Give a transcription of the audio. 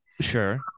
Sure